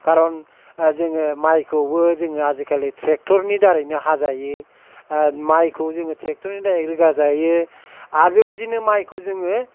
कारन जोङो माइखौबो जोङो आजिखालि ट्रेक्टरनि दारैनो हाजायो माइखौ जोंङो ट्रेक्टरनि दारै रोगाजायो आरो बेबायदिनो माइखौ जोङो